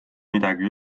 midagi